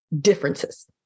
differences